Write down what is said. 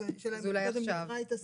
אז השאלה אם קודם נקרא את הסעיף.